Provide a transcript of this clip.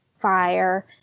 fire